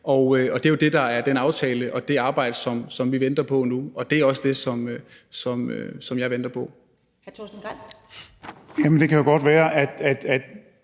Og det er jo det, der er den aftale og det arbejde, som vi venter på nu, og det er også det, som jeg venter på.